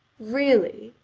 really?